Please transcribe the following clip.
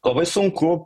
labai sunku